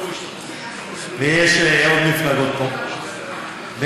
ויש עוד מפלגות פה,